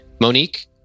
Monique